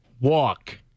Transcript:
Walk